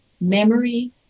memory